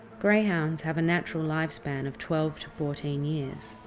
greyhounds have a natural lifespan of twelve fourteen years.